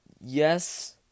yes